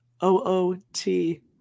O-O-T